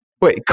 Wait